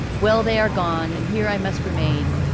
well, they are gone, and here i must remain,